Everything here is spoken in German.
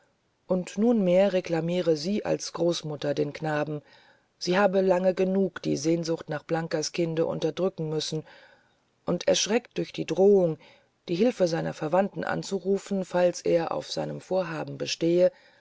und nunmehr reklamiere sie als großmutter den knaben sie habe lange genug die sehnsucht nach blankas kinde unterdrücken müssen und erschreckt durch ihre drohung die hilfe seiner verwandten anzurufen falls er auf seinem vorhaben bestehe